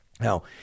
Now